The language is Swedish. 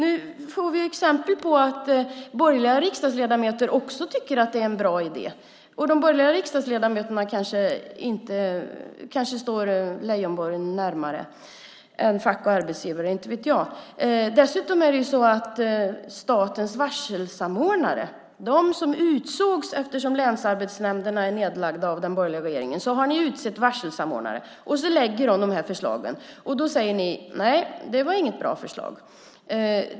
Nu får vi exempel på att borgerliga riksdagsledamöter också tycker att det är en bra idé, och de borgerliga riksdagsledamöterna kanske står Leijonborg närmare än fack och arbetsgivare, inte vet jag. Dessutom har ni utsett varselsamordnare. De utsågs efter det att länsarbetsnämnderna blev nedlagda av den borgerliga regeringen. Dessa lägger fram de här förslagen, men ni säger: Nej, det var inget bra förslag.